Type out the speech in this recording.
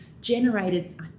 generated